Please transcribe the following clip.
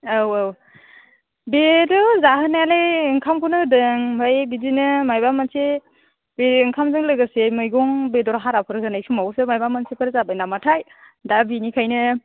औ औ बेथ' जाहोनायालाय ओंखामखौनो होदों ओमफ्राय बिदिनो माबा मोनसे बे ओंखामजों लोगोसे मैगं बेदर हाराफोर होनाय समावसो माबा मोनसे जाबाय नामाथाय दा बेनिखायनो